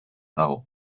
dago